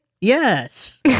Yes